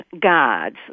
gods